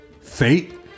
Fate